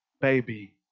baby